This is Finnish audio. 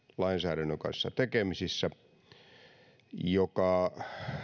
lainsäädännön kanssa joka